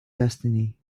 destiny